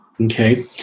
okay